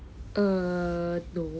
err no